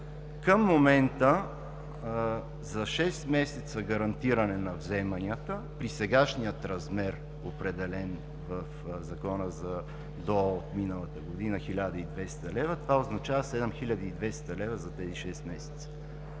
Към момента за шест месеца гарантиране на вземанията при сегашния размер, определен в Закона за ДОО от миналата година 1200 лв., това означава 7200 лв. за тези шест месеца.